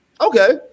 Okay